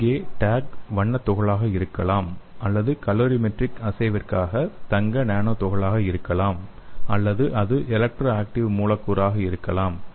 இங்கே டேக் வண்ணத் துகளாக இருக்கலாம் அல்லது கலோரிமெட்ரிக் அஸ்ஸேவிற்காக தங்க நானோ துகளாக இருக்கலாம் அல்லது அது எலக்ட்ரோ ஆக்டிவ் மூலக்கூறாக இருக்கலாம்